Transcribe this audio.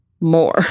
more